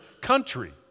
country